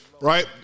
Right